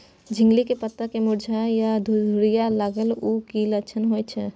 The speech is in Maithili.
झिंगली के पत्ता मुरझाय आ घुघरीया लागल उ कि लक्षण होय छै?